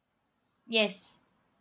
yes